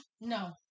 No